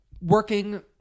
working